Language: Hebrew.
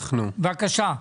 בבקשה.